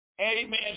Amen